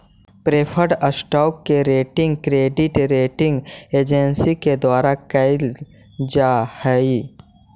preferred stock के rating credit rating agency के द्वारा कैल जा हइ